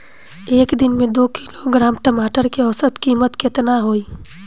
एक दिन में दो किलोग्राम टमाटर के औसत कीमत केतना होइ?